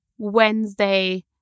Wednesday